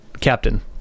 captain